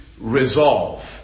resolve